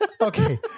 okay